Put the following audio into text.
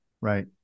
right